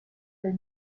del